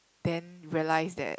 then realize that